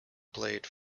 played